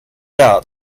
out